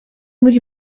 być